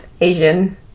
Asian